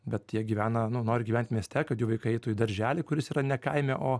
bet jie gyvena nu nori gyvent mieste kad jų vaikai eitų į darželį kuris yra ne kaime o